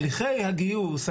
הליכי הגיוס,